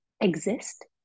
exist